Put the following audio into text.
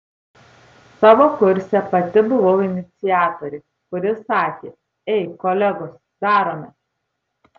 savo kurse pati buvau iniciatorė kuri sakė ei kolegos darome